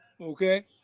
okay